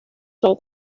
son